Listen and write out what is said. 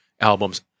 albums